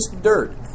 dirt